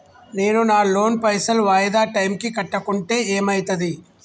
నేను నా లోన్ పైసల్ వాయిదా టైం కి కట్టకుంటే ఏమైతది?